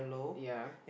yea